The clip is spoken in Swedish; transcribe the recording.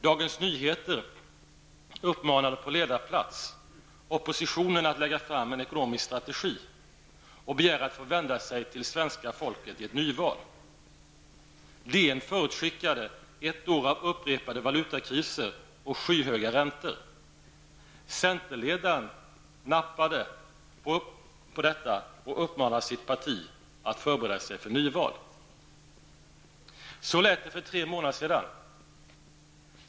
Dagens Nyheter uppmanade på ledarplats oppositionen att lägga fram en ekonomisk strategi och begära att få vända sig till svenska folket i ett nyval. DN förutskickade ett år av upprepade valutakriser och skyhöga räntor. Centerledaren nappade på detta och uppmanade sitt parti att förbereda sig för nyval. Så lät det för tre månader sedan.